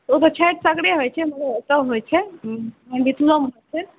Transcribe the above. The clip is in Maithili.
ओ तऽ छठि सगरे होइ छै एतहु होइ छै मिथिलोमे होइ छै